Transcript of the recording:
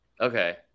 Okay